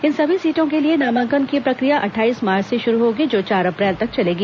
इन सभी सीटों के लिए नामांकन की प्रक्रिया अट्ठाईस मार्च से शुरू होगी जो चार अप्रैल तक चलेगी